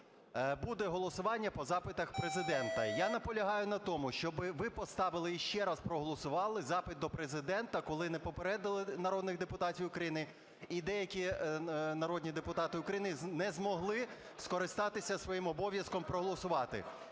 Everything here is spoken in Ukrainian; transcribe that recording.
буде голосування по запитах Президента. Я наполягаю на тому, щоб ви поставили і ще раз проголосували запит до Президента, коли не попередили народних депутатів України, і деякі народні депутати України не змогли скористатися своїм обов'язком проголосувати.